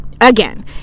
Again